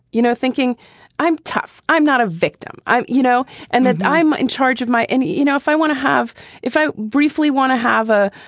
you know, thinking i'm tough, i'm not a victim, you know, and that i'm in charge of my end. you know, if i want to have if i briefly want to have a,